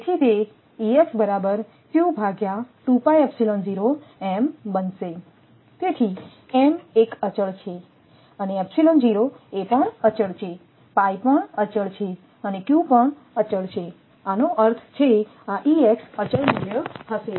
તેથી તે બનશે તેથી m એક અચળ છે અચળ છે પણ અચળ અને q પણ અચળ છેઆનો અર્થ છે આ અચળ મૂલ્ય હશે